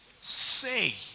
Say